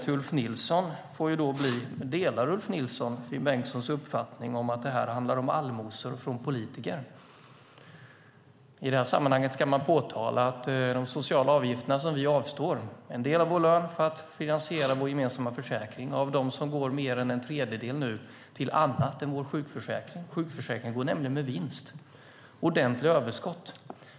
Min fråga får därför bli: Delar Ulf Nilsson Finn Bengtssons uppfattning om att det här handlar om allmosor från politiker? I sammanhanget ska det påpekas att av de sociala avgifter till vilka vi avstår en del av vår lön för att finansiera vår gemensamma försäkring går nu mer än en tredjedel till annat än till vår sjukförsäkring. Sjukförsäkringen går nämligen med vinst, med ordentliga överskott.